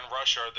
Russia